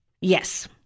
yes